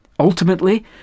Ultimately